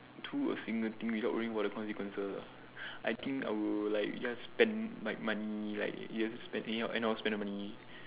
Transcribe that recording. do a single thing without worrying about the consequences ah I think I will like just spend my money like just spend any~ anyhow spend my money